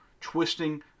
twisting